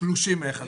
תלושים אחד מהשני.